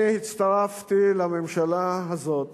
אני הצטרפתי לממשלה הזאת